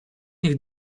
niech